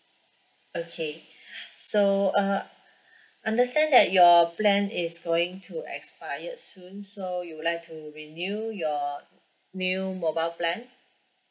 okay so uh understand that your plan is going to expire soon so you would like to renew your new mobile plan